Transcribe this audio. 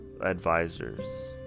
advisors